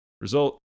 result